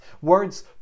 Words